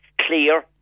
clear